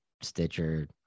Stitcher